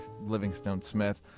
Livingstone-Smith